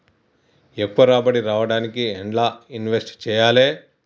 ఎక్కువ రాబడి రావడానికి ఎండ్ల ఇన్వెస్ట్ చేయాలే?